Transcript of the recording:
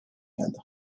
geldi